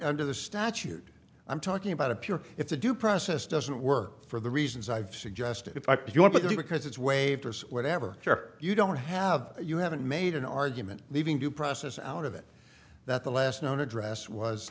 under the statute i'm talking about a pure if the due process doesn't work for the reasons i've suggested if you want to because it's waived whatever you don't have you haven't made an argument leaving due process out of it that the last known address was